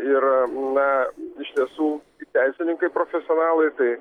ir na iš tiesų teisininkai profesionalai tai